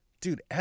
dude